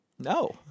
No